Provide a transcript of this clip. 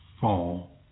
fall